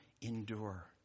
endure